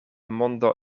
mondo